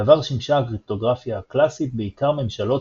בעבר שימשה הקריפטוגרפיה הקלאסית בעיקר ממשלות,